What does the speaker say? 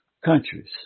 countries